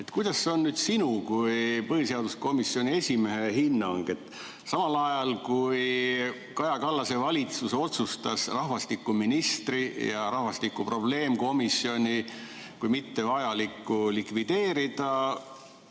Milline on sinu kui põhiseaduskomisjoni esimehe hinnang? Samal ajal kui Kaja Kallase valitsus otsustas rahvastikuministri ametikoha ja rahvastiku probleemkomisjoni kui mittevajaliku likvideerida,